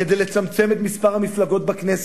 כדי לצמצם את מספר המפלגות בכנסת,